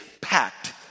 packed